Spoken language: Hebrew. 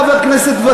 ואתה גם חבר כנסת ותיק,